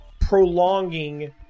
prolonging